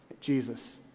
Jesus